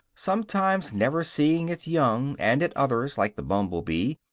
sometimes never seeing its young, and at others, like the bumble-bee,